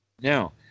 Now